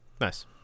Nice